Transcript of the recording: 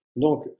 donc